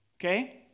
Okay